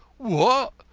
what!